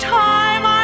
time